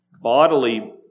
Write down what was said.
bodily